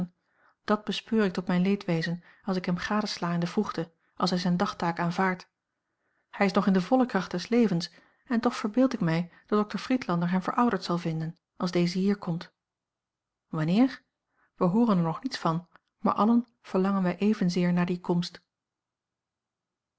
dat bespeur ik tot mijn leedwezen als ik hem gadesla in de vroegte als hij zijne dagtaak aanvaardt hij is nog in de volle kracht des levens en toch verbeeld ik mij dat dokter friedlander hem verouderd zal vinden als deze hier komt wanneer wij hooren er nog niets van maar allen verlangen wij evenzeer naar die komst